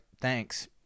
thanks